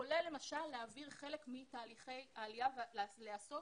כולל למשל להעביר חלק מתהליכי העלייה ולעשות